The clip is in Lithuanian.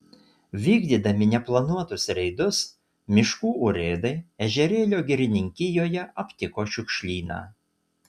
vykdydami neplanuotus reidus miškų urėdai ežerėlio girininkijoje aptiko šiukšlyną